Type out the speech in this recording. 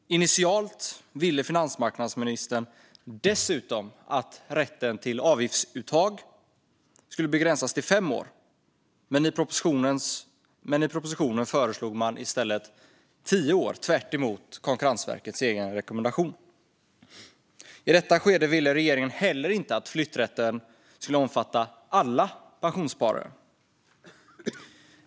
Initialt ville finansmarknadsministern dessutom att rätten till avgiftsuttag skulle begränsas till fem år, men i propositionen föreslog man i stället tio år, tvärtemot Konkurrensverkets egen rekommendation. I detta skede ville regeringen heller inte att flytträtten skulle omfatta alla pensionssparare.